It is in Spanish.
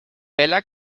vella